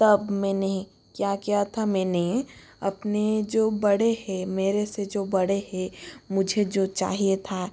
तब मैंने ही क्या किया था मैंने अपने जो बड़े है मेरे से जो बड़े है मुझे जो चाहिए था